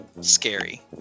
scary